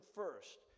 first